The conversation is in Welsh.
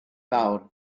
lawr